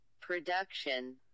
Production